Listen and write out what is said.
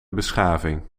beschaving